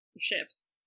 ships